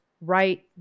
right